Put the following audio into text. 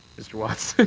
mr. watson?